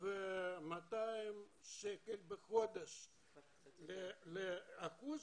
2,200 שקל בחודש ל-25%,